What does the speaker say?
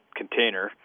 container